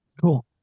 Cool